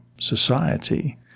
society